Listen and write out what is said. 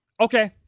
Okay